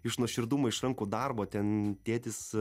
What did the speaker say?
iš nuoširdumo iš rankų darbo ten tėtis